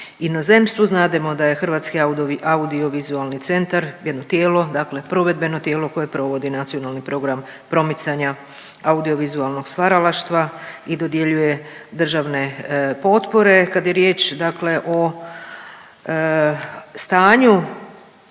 inozemstvu. Znademo da je Hrvatski audiovizualni centar jedno tijelo, dakle provedbeno tijelo koje provodi nacionalno program promicanja audiovizualnog stvaralaštva i dodjeljuje državne potpore. Kad je riječ dakle o stanju